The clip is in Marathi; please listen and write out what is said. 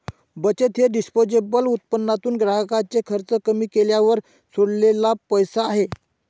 बचत हे डिस्पोजेबल उत्पन्नातून ग्राहकाचे खर्च कमी केल्यावर सोडलेला पैसा आहे